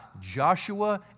Joshua